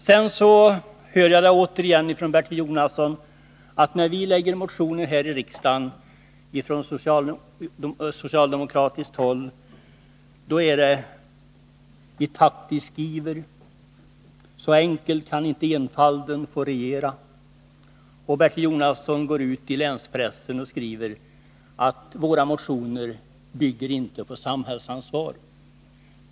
Sedan får jag åter höra från Bertil Jonasson att vi socialdemokrater, när vi motionerar här i riksdagen, gör det i taktisk iver. Så enkelt kan inte enfalden få regera. Bertil Jonasson går ut i länspressen och låter skriva att våra motioner inte bygger på ett samhällsansvar.